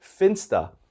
Finsta